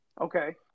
Okay